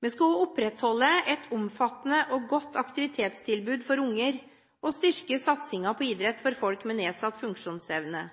Vi skal også opprettholde et omfattende og godt aktivitetstilbud for unger, og styrke satsingen på idrett for folk med nedsatt funksjonsevne,